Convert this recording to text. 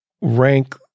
rank